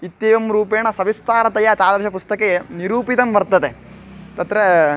इत्येवं रूपेण सविस्तारतया तादृशपुस्तके निरूपितं वर्तते तत्र